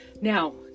Now